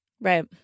Right